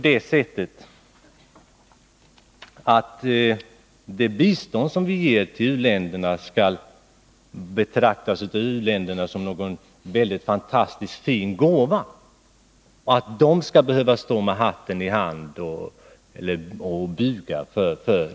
Det bistånd som vi lämnar är inte någon fantastiskt fin gåva som u-länderna har anledning att stå med hatten i hand och bocka för.